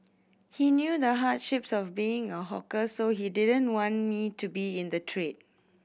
he knew the hardships of being a hawker so he didn't want me to be in the trade